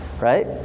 right